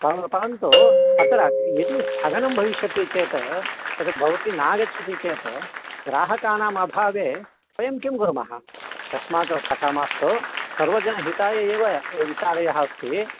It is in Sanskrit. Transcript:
पर् परन्तु अत्र यदि स्थगनं भविष्यति चेत् यदि भवती न आगच्छति चेत् ग्राहकाणाम् अभावे वयं किं कुर्मः तस्मात् तथा मास्तु सर्वजनहिताय एव वित्तालयः अस्ति